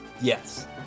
Yes